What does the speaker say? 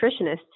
nutritionists